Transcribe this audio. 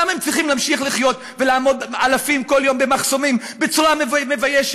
למה הם צריכים להמשיך לחיות ולעמוד אלפים כל יום במחסומים בצורה מביישת?